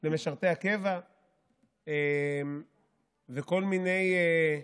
למשרתי הקבע וכל מיני,